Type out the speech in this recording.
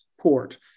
port